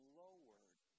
lowered